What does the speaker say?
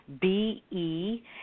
B-E